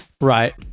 Right